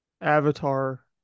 Avatar